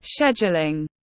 scheduling